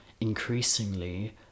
increasingly